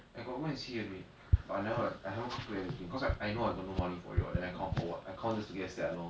I got go and see a bit but I never like I haven't complete everything cause I I know I got no money for it what then I count for what I count just to get sad lor